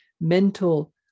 mental